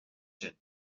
sin